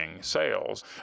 sales